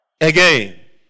Again